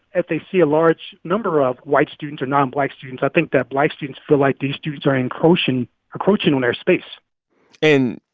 if they see a large number of white students or nonblack students, i think that black students feel like these students are encroaching encroaching on their space and,